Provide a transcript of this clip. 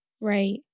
Right